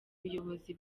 buyobozi